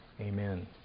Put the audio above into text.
amen